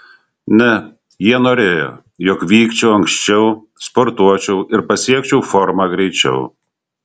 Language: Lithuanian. ne jie norėjo jog vykčiau anksčiau sportuočiau ir pasiekčiau formą greičiau